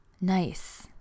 nice